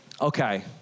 Okay